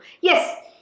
Yes